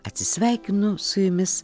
atsisveikinu su jumis